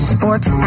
Sports